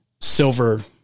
silver